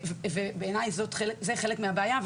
בעיניי, זה חלק מהבעיה.